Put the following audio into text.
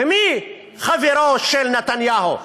ומי חברו של נתניהו?